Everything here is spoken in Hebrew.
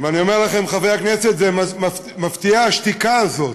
ואני אומר לכם, חברי הכנסת, מפתיעה השתיקה הזאת.